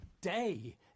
day